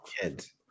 kids